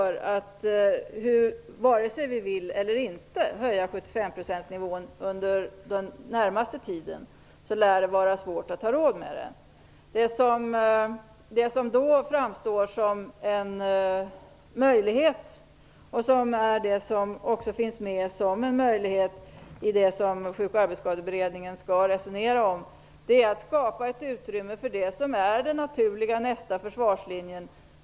Vare sig vi vill höja 75-procentsnivån eller inte under den närmaste tiden lär det vara svårt att ha råd med det. Det som då framstår som en möjlighet, och som också finns med som en möjlighet i det som Sjuk och arbetsskadeberedningen skall resonera om, är att skapa ett utrymme för det som är den naturliga nästa försvarslinjen.